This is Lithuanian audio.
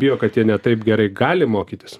bijo kad jie ne taip gerai gali mokytis